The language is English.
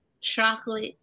chocolate